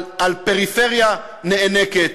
על פריפריה נאנקת,